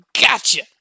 Gotcha